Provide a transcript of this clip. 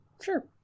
Sure